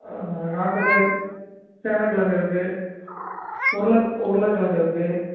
ஆ நாட்டுக்காய் சேனக்கிழங்கு இருக்குது உருளை உருளைக்கெழங்கு இருக்குது